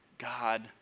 God